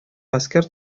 гаскәр